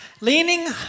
Leaning